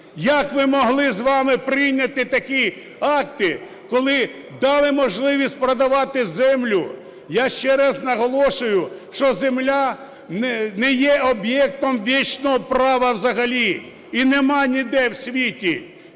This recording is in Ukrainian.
Як ми могли з вами прийняти такі акти, коли дали можливість продавати землю. Я ще раз наголошую, що земля не є об'єктом вічного права взагалі і нема ніде в світі,